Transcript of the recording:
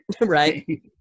right